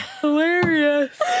Hilarious